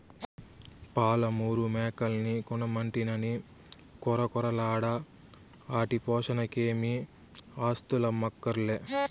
పాలమూరు మేకల్ని కొనమంటినని కొరకొరలాడ ఆటి పోసనకేమీ ఆస్థులమ్మక్కర్లే